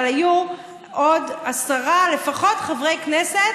אבל היו עוד לפחות עשרה חברי כנסת